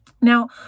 now